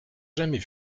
jamais